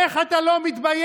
איך אתה לא מתבייש